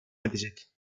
edecek